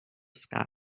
sky